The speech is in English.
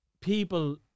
people